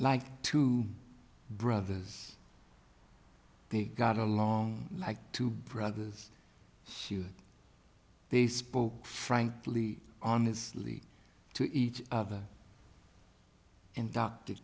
like two brothers they got along like two brothers hugh they spoke frankly honestly to each other and d